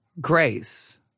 grace